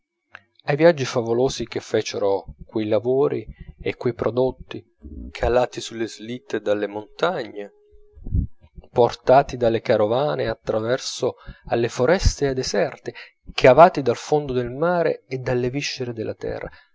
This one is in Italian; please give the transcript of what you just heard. mondo ai viaggi favolosi che fecero quei lavori e quei prodotti calati sulle slitte dalle montagne portati dalle carovane a traverso alle foreste e ai deserti cavati dal fondo del mare e dalle viscere della terra